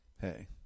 hey